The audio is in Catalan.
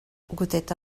goteta